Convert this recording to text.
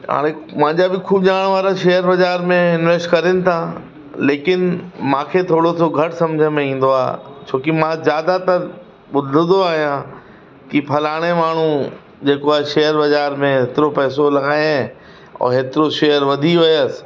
हाणे मुंहिंजा त खूब ॼाणण वारा शेयर बाज़ारि में इंवेस्ट करिन था लेकिन मूंखे थोरो सो घटि सम्झि में ईंदो आहे छो की मां जादातर ॿुधंदो आहियां की फ़लाणे माण्हू जेको आहे शेयर बाज़ारि में एतिरो पैसो लॻायइनि और एतिरो शेयर वधी वियसि